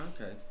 okay